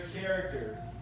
character